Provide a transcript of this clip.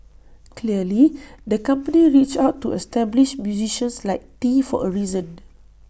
clearly the company reached out to established musicians like tee for A reason